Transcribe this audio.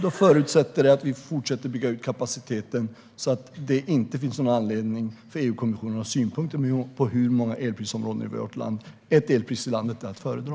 Det förutsätter att vi fortsätter att bygga ut kapaciteten så att det inte finns någon anledning för EU-kommissionen att ha synpunkter på hur många elprisområden vi har i vårt land. Ett elpris i landet är att föredra.